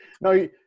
No